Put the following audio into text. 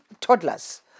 toddlers